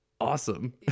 awesome